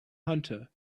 hunter